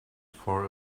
for